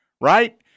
right